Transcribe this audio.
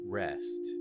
rest